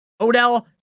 Odell